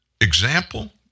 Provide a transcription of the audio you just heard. Example